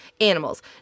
animals